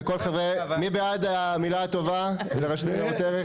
מי בעד המילה הטובה לרשות ניירות ערך?